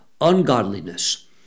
ungodliness